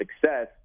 success